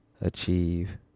achieve